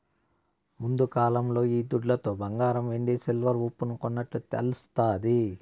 ముందుకాలంలో ఈ దుడ్లతో బంగారం వెండి సిల్వర్ ఉప్పును కొన్నట్టు తెలుస్తాది